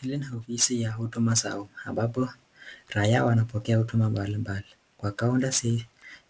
Hili ni ofisi la huduma za ambapo raia wanapokea huduma mbalimbali kwa kaunta zi